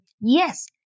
yes